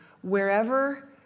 wherever